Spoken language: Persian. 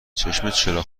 چرا